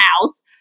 house